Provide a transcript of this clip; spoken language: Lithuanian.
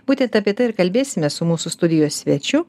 būtent apie tai ir kalbėsimės su mūsų studijos svečiu